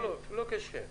לא כשם.